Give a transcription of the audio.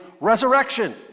resurrection